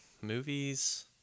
Movies